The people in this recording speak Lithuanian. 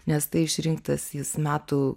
nes tai išrinktas jis metų